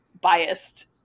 biased